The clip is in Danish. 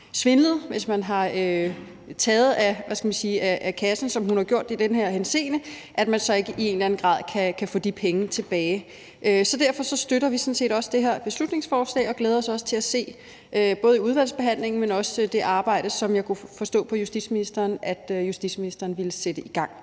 svindlet og, hvad skal man sige, taget af kassen, som hun har gjort i den her sag, så ikke i en eller anden grad er muligt at få de penge tilbage. Så derfor støtter vi sådan set det her beslutningsforslag og glæder os både til udvalgsbehandlingen, men også til det arbejde, som jeg kunne forstå på justitsministeren at han vil sætte i gang